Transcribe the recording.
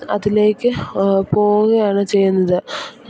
അതിലേക്ക് പോവുകയാണ് ചെയ്യുന്നത്